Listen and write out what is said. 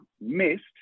missed